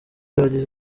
bagize